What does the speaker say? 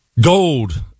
Gold